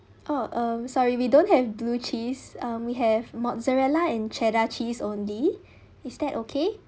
oh uh sorry we don't have blue cheese um we have mozzarella and cheddar cheese only is that okay